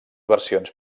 versions